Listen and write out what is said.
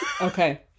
okay